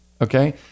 Okay